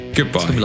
Goodbye